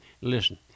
Listen